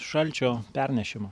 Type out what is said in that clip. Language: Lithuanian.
šalčio pernešimo